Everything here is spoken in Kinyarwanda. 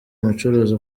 umucuruzi